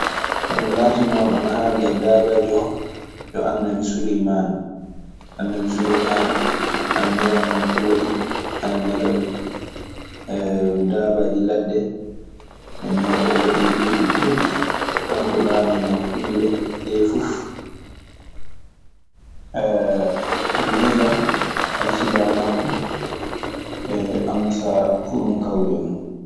Hono laatinoo, ɗo ana haalda e daabaaji oo yo annabi Suleymaana. Annabi suleymaana ana nelannoo pooli, ana nela daabaaji laade. Nden non o waɗii duuɓi kuurɗi kanko laaminoo kulle ɗee fuf.